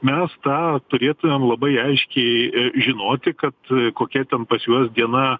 mes tą turėtumėm labai aiškiai žinoti kad kokia ten pas juos diena